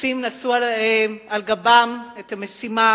הקיבוצים נשאו על גבם את המשימה